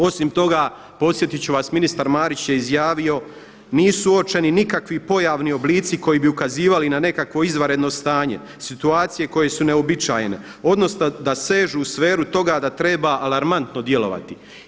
Osim toga, podsjetit ću vas ministar Marić je izjavio nisu uočeni nikakvi pojavni oblici koji bi ukazivali na nekakvo izvanredno stanje, situacije koje su neuobičajene, odnosno da sežu u sferu toga da treba alarmantno djelovati.